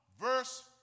verse